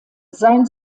sein